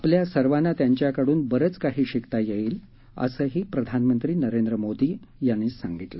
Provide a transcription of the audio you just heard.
आपल्या सर्वांना त्यांच्याकडून बरेच काही शिकता येईल असेही प्रधानमंत्री नरेंद्र मोदी यावेळी म्हणाले